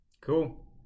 Cool